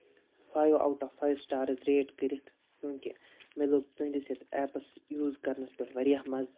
five out of five stars rate کٔرِتھ کیوں کہِ مےٚ لوٚگ تُہٕنٛدِس یَتھ ایٚپس یوٗز کرنَس پیٚٹھ واریاہ مَزٕ